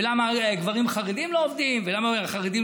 ולמה גברים חרדים לא עובדים ולמה החרדים,